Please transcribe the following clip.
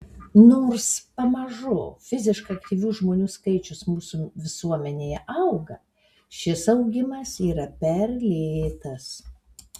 nors pamažu fiziškai aktyvių žmonių skaičius mūsų visuomenėje auga šis augimas yra per lėtas